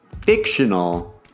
fictional